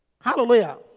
Hallelujah